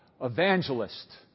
Evangelist